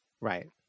Right